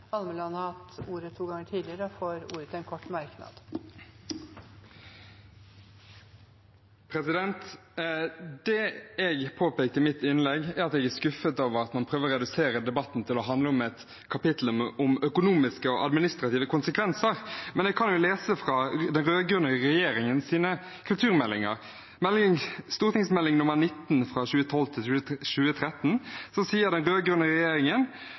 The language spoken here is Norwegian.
Almeland har hatt ordet to ganger tidligere og får ordet til en kort merknad, begrenset til 1 minutt. Det jeg påpekte i mitt innlegg, var at jeg er skuffet over at man prøver å redusere debatten til å handle om et kapittel om økonomiske og administrative konsekvenser. Men jeg skal lese fra den rød-grønne regjeringens kulturmeldinger. I den rød-grønne regjeringens Meld. St. 19